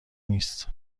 نیست